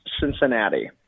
Cincinnati